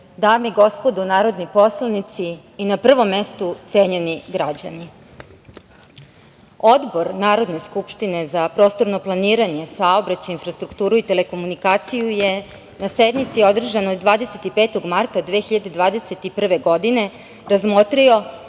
dame i gospodo narodni poslanici i na prvom mestu cenjeni građani, Odbor Narodne skupštine za prostorno planiranje, saobraćaj, infrastrukturu i telekomunikaciju je na sednici održanoj 25. marta 2021. godine razmotrio